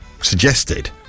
suggested